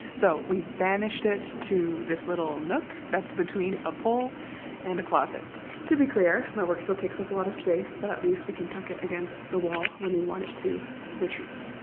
so we banished it to this little nook that's between a pole and a closet to be clear my work still takes up a lot of space but at least we can tuck it against the wall when we want it to retreat